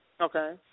Okay